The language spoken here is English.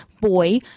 boy